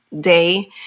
day